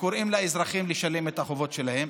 וקוראים לאזרחים לשלם את החובות שלהם,